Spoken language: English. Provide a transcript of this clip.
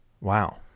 wow